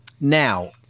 Now